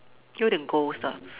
有一点 ghost 的